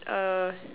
uh